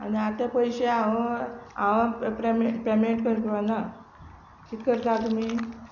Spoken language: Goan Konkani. आनी आतां पयशे हांव हांव पे पेमेंट पेमेंट कर कित करता तुमी